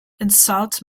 insult